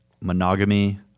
monogamy